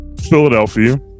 philadelphia